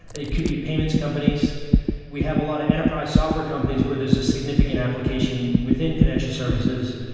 it could be payments companies we have a lot of enterprise software companies where there's a significant application within financial services.